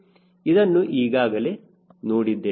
ಇದನ್ನು ಈಗಾಗಲೇ ನೋಡಿದ್ದೇವೆ